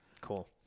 Cool